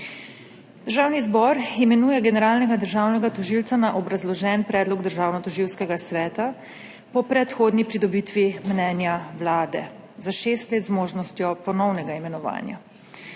Državni zbor imenuje generalnega državnega tožilca na obrazložen predlog Državnotožilskega sveta po predhodni pridobitvi mnenja Vlade za šest let, z možnostjo ponovnega imenovanja.